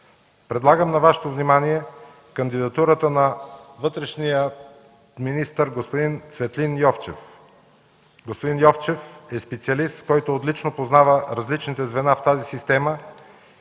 Предлагам на Вашето внимание кандидатурата на вътрешния министър господин Цветлин Йовчев. Господин Йовчев е специалист, който отлично познава различните звена в тази система